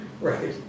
right